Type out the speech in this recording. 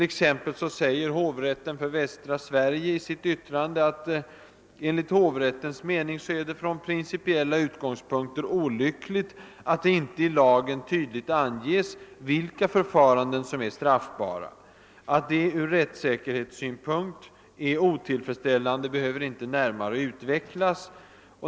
Hovrätten för Västra Sverige säger sålunda i sitt yttrande att det enligt hovrättens mening är »från principiella utgångspunkter olyckligt att det inte i lagen tydligt anges vilka förfaranden som är straffbara. Att detta ur rättssäkerhetssynpunkt är otillfredsställande behöver inte närmare utvecklas.